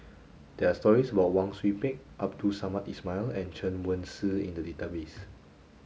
there are stories about Wang Sui Pick Abdul Samad Ismail and Chen Wen Hsi in the database